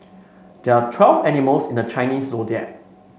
there are twelve animals in the Chinese Zodiac